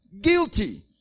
guilty